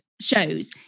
shows